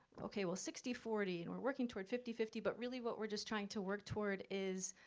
okay well, sixty forty and we're working toward fifty fifty, but really what we're just trying to work toward is,